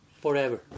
forever